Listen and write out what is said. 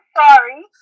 sorry